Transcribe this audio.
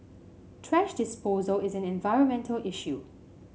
thrash disposal is an environmental issue